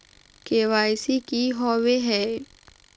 KYC की हॉबे हय?